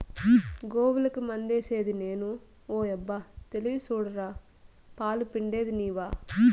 గోవులకి మందేసిది నేను ఓయబ్బో తెలివి సూడరా పాలు పిండేది నీవా